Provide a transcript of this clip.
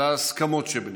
על ההסכמות שבינינו.